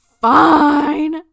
fine